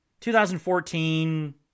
2014